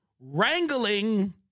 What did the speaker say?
Wrangling